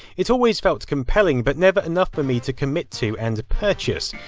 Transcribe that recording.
it always felt compelling, but never enough for me to commit to and purchase.